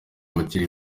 abari